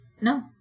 No